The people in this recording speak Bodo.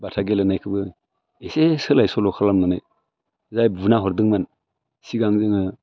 बाथा गेलेनायखौबो इसे सोलाय सोल' खालामनानै जाय बुना हरदोंमोन सिगां जोङो